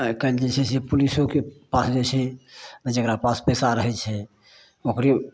आइकाल्हि जे छै से पुलिसोके पास जे छै जेकरा पास पैसा रहय छै ओकरे